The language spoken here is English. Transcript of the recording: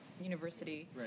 university